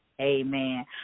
Amen